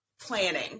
planning